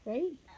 Right